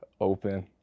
open